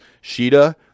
Sheeta